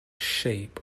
shape